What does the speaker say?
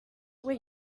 where